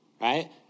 right